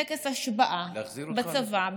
יש טקס השבעה בצבא,